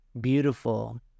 beautiful